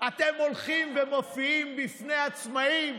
אתם הולכים ומופיעים בפני עצמאים,